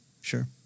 sure